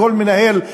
כל מנהל,